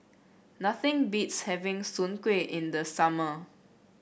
nothing beats having Soon Kuih in the summer